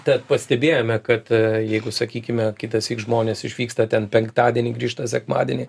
tad pastebėjome kad jeigu sakykime kitąsyk žmonės išvyksta ten penktadienį grįžta sekmadienį